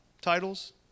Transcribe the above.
titles